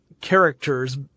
characters